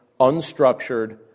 unstructured